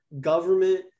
government